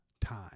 time